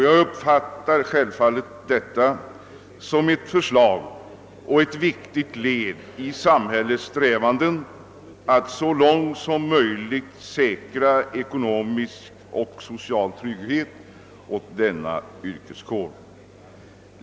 Jag uppfattar självfallet detta förslag som ett viktigt led i samhällets strävanden att så långt som möjligt säkra ekonomisk och social trygghet åt denna yrkeskår.